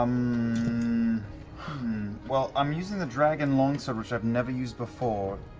um well, i'm using the dragon longsword, which i've never used before.